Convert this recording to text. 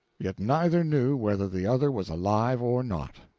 yet neither knew whether the other was alive or not.